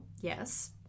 yes